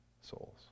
souls